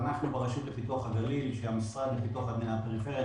ברשות לפיתוח הגליל שהמשרד לפיתוח הפריפריה,